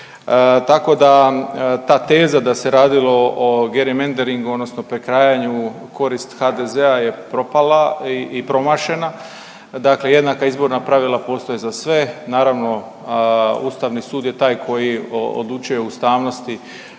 Tako da ta teza da se radilo o gerrymanderingu odnosno prekrajanju u korist HDZ-a je propala i promašena. Dakle jednaka izborna pravila postoje za sve, naravno Ustavni sud je taj koji odlučuje o ustavnosti